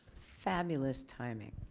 fabulous timing.